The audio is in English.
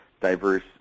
diverse